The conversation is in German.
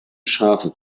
schafe